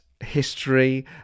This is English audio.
history